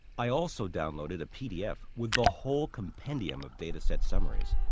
i also downloaded a pdf with the whole compendium of data set summaries.